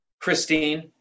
Christine